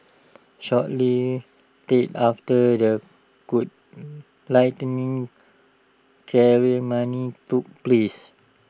shortly thereafter the lighting ceremony took place